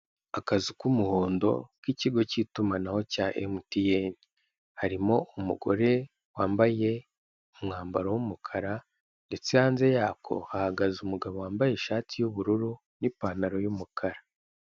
Akazu k'umuhondo k'ikigo cy'itumanaho cya MTN, harimo umugore wambaye umwambaro w'umukara ndetse hanze yako hahagaze umugabo wambaye ishati y'ubururu n'ipantaro y'umukara.